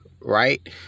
Right